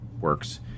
works